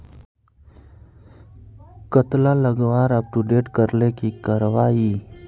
कतला लगवार अपटूडेट करले की करवा ई?